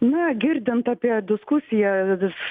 na girdint apie diskusijas